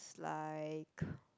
like